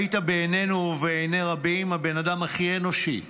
היית בעינינו (ובעיני רבים) הבן אדם הכי אנושי,